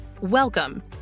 Welcome